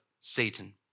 Satan